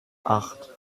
acht